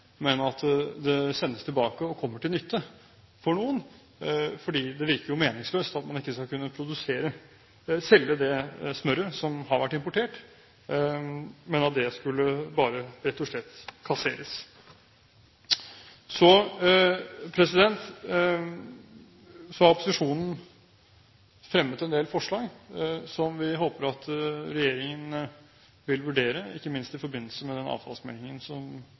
skal kunne selge det smøret som har vært importert, men at det rett og slett skal kasseres. Opposisjonen har fremmet en del forslag som vi håper at regjeringen vil vurdere, ikke minst i forbindelse med den avfallsmeldingen som